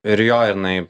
ir jo jinai